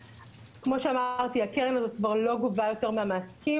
כמו שאמרתי, הקרן הזו כבר לא גובה יותר מהמעסיקים.